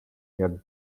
jak